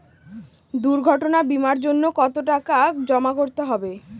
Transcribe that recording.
দুর্ঘটনা বিমার জন্য কত টাকা জমা করতে হবে?